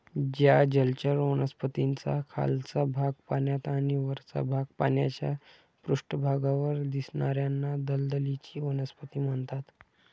ज्या जलचर वनस्पतींचा खालचा भाग पाण्यात आणि वरचा भाग पाण्याच्या पृष्ठभागावर दिसणार्याना दलदलीची वनस्पती म्हणतात